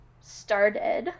started